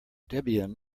debian